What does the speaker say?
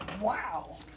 Wow